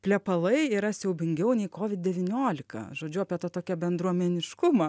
plepalai yra siaubingiau nei kovid devyniolika žodžiu apie tą tokį bendruomeniškumą